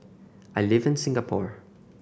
I live in Singapore